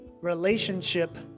relationship